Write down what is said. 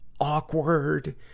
awkward